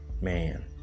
man